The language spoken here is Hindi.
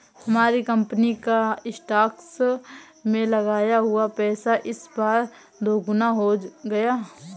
हमारी कंपनी का स्टॉक्स में लगाया हुआ पैसा इस बार दोगुना हो गया